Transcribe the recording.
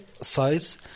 size